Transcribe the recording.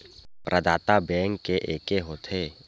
प्रदाता बैंक के एके होथे?